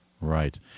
Right